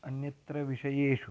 अन्यत्र विषयेषु